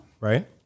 Right